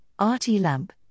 RT-LAMP